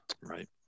Right